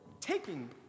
taking